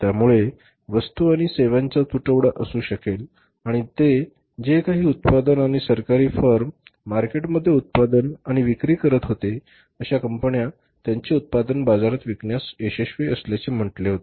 त्यामुळे वस्तू आणि सेवांचा तुटवडा असू शकेल आणि ते जे काही उत्पादक आणि सरकारी फर्म मार्केटमध्ये उत्पादन आणि विक्री करत होते अशा कंपन्या त्यांचे उत्पादन बाजारात विकण्यात यशस्वी असल्याचे म्हटले होते